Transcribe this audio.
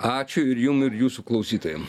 ačiū jum ir jūsų klausytojam